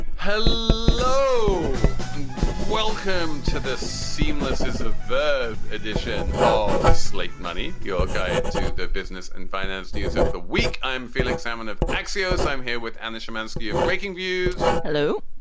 welcome to the seemless is a verb edition of slate money, your guide to the business and finance news of the week i'm felix salmon of axios. i'm here with anna shymansky of breakingviews. hello.